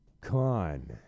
Con